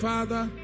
Father